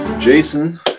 Jason